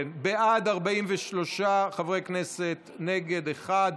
בעד, 43 חברי כנסת, נגד, אחד,